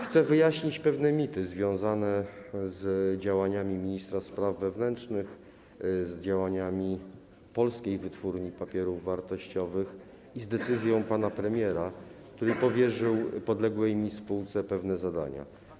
Chcę wyjaśnić pewne mity związane z działaniami ministra spraw wewnętrznych, z działaniami Polskiej Wytwórni Papierów Wartościowych i z decyzją pana premiera, który powierzył podległej mi spółce pewne zadania.